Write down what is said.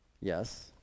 Yes